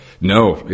no